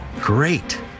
Great